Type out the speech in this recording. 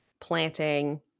planting